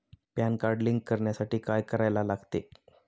Pan card link करण्यासाठी काय करायला लागते?